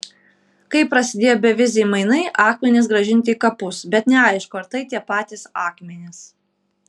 kai prasidėjo beviziai mainai akmenys grąžinti į kapus bet neaišku ar tai tie patys akmenys